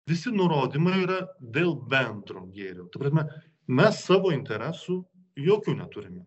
visi nurodymai yra dėl bendro gėrio ta prasme mes savo interesų jokių neturime